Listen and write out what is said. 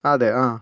അതെ ആ